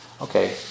Okay